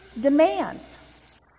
demands